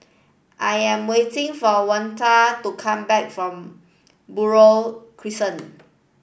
I am waiting for Waneta to come back from Buroh Crescent